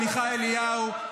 עמיחי אליהו,